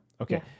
Okay